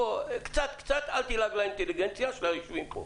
אל תלעג לאינטליגנציה של היושבים כאן.